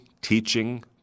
teaching